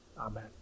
Amen